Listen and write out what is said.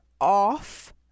off